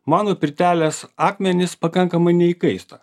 mano pirtelės akmenys pakankamai neįkaista